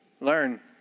learn